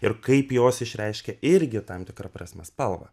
ir kaip jos išreiškia irgi tam tikra prasme spalvą